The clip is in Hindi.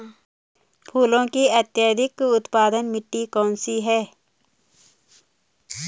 फूलों की अत्यधिक उत्पादन मिट्टी कौन सी है?